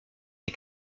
des